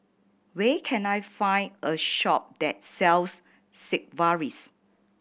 where can I find a shop that sells Sigvaris